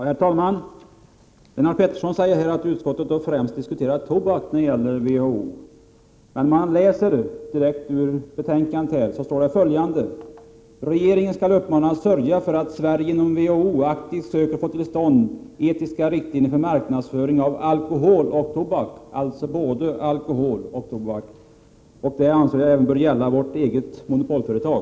Herr talman! Lennart Pettersson säger att utskottet främst diskuterat tobak i samband med WHO, men i betänkandet står ”att regeringen skall uppmanas sörja för att Sverige inom WHO aktivt söker få till stånd etiska riktlinjer för marknadsföring av alkohol och tobak”. Det anser jag bör gälla även vårt eget monopolföretag.